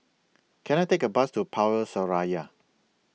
Can I Take A Bus to Power Seraya